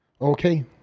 okay